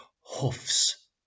hoofs